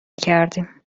کردیم